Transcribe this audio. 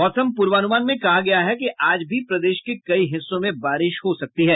मौसम पूर्वानुमान में कहा गया है कि आज भी प्रदेश के कई हिस्सों में बारिश हो सकती है